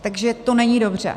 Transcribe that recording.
Takže to není dobře.